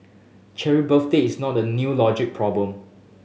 Cheryl birthday is not a new logic problem